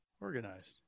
organized